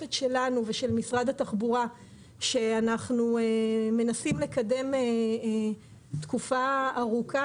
משותפת שלנו ושל משרד התחבורה שאנחנו מנסים לקדם תקופה ארוכה,